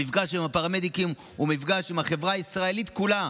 המפגש עם הפרמדיקים הוא מפגש עם החברה הישראלית כולה.